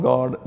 God